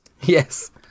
Yes